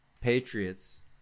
Patriots